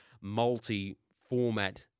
multi-format